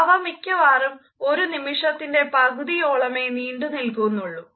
അവ മിക്കവാറും ഒരു നിമിഷത്ത്തിൻറെ പകുതിയോളമേ നീണ്ടുനിൽക്കുന്നുള്ളു